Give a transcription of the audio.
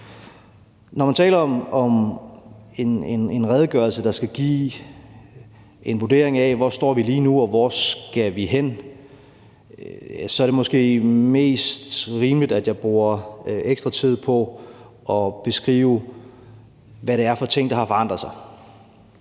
Når man taler om en redegørelse, der skal give en vurdering af, hvor vi står lige nu, og hvor vi skal hen, er det måske mest rimeligt, at jeg bruger ekstra tid på at beskrive, hvad det er for ting, der har forandret sig.